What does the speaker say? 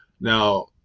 Now